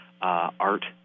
art